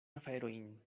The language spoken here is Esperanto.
aferojn